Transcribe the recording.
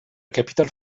capitale